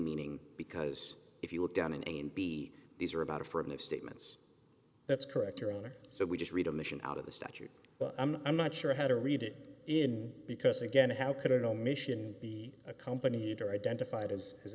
meaning because if you look down in a and b these are about affirmative statements that's correct your honor so we just read a mission out of the statute but i'm not sure how to read it in because again how could an omission be accompanied or identified as